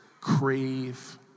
crave